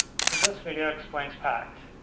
so this video explains pact.